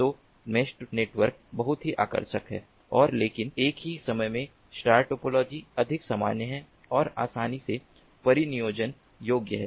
तो mesh network बहुत ही आकर्षक हैं और लेकिन एक ही समय में स्टार टोपोलॉजी अधिक सामान्य है और आसानी से परिनियोजन योग्य है